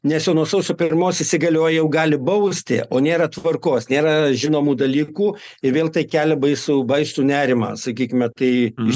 nes jau nuo sausio pirmos įsigalioja jau gali bausti o nėra tvarkos nėra žinomų dalykų ir vėl tai kelia baisų baisų nerimą sakykime tai iš